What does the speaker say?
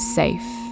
safe